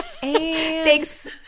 thanks